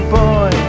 boy